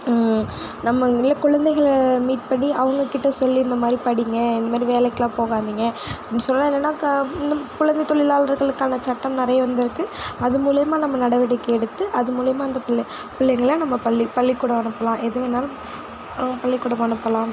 நம்ம இங்கே இல்லை குழந்தைகளை மீட் பண்ணி அவங்க கிட்ட சொல்லி இந்தமாதிரி படிங்க இந்த மாதிரி வேலைக்குலாம் போகாதீங்க அப்படினு சொல்லலாம் இல்லைனாக்கா இந்த குழந்தை தொழிலாளர்க்கான சட்டம் நிறைய வந்து இருக்கு அது மூலியமாக நம்ம நடவடிக்கை எடுத்து அது மூலியமாக அந்த பிள்ளை பிள்ளைங்கள நம்ம பள்ளி பள்ளி கூடம் அனுப்புலாம் எது வேணாலும் பள்ளிக்கூடம் அனுப்புலாம்